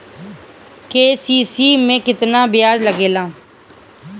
KCC में केतना ब्याज लगेला?